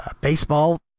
Baseball